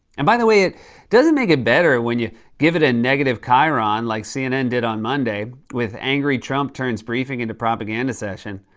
and by the way, it doesn't make it better when you give it a negative chyron, like cnn did on monday, with, angry trump turns briefing into propaganda session.